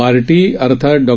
बार्टी अर्थात डॉ